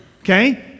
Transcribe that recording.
Okay